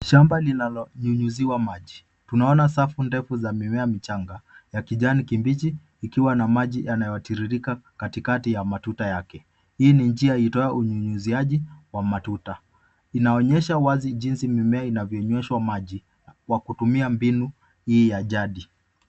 Shamba linalonyunyiziwa maji. Tunaona safu ndefu za mimea michanga ya kijani kibichi, ikiwa na maji yanayotiririka katikati ya matuta yake. Hii ni njia itwayo unyunyiziaji wa matuta. Inaonyesha wazi jinsi mimea inavyonywesha maji, kwa kutumia mbinu hii ya jadi.